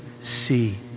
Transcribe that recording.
see